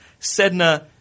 Sedna